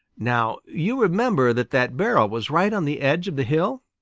now you remember that that barrel was right on the edge of the hill.